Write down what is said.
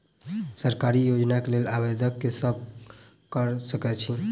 सरकारी योजना केँ लेल आवेदन केँ सब कऽ सकैत अछि?